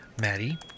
Maddie